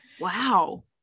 Wow